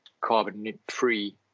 carbon-free